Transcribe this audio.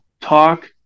talk